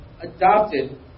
adopted